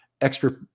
extra